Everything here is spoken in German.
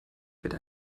bitte